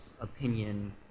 opinion